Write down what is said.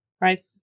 Right